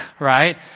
right